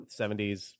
70s